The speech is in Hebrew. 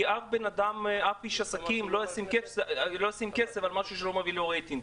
כי אף איש עסקים לא ישים כסף על משהו שלא מביא לו רייטינג.